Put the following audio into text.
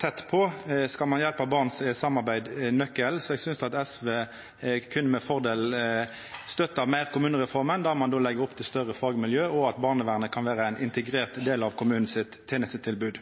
tett på. Skal ein hjelpa barn, er samarbeid nøkkelen. Eg synest SV med fordel meir kunne støtta kommunereforma, der ein legg opp til større fagmiljø og at barnevernet kan vera ein integrert del av kommunen sitt tenestetilbod.